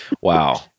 Wow